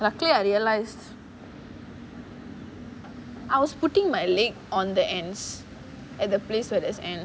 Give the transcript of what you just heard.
luckily I realised I was putting my leg on the ants at the place where there's ants